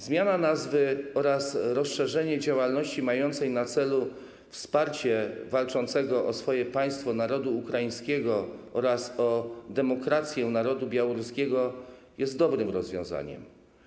Zmiana nazwy oraz rozszerzenie działalności mającej na celu wsparcie walczącego o swoje państwo narodu ukraińskiego oraz walczącego o demokrację narodu białoruskiego jest dobrym rozwiązaniem.